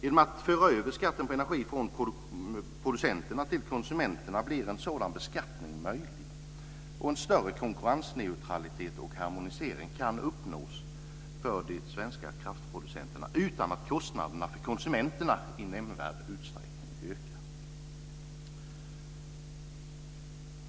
Genom att föra över skatten på energi från producenterna till konsumenterna blir en sådan beskattning möjlig och en större konkurrensneutralitet och harmonisering kan uppnås för de svenska kraftproducenterna utan att kostnaderna för konsumenterna ökar i nämnvärd utsträckning.